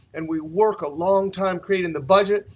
and we work a long time creating the budget.